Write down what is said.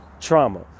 trauma